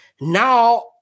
Now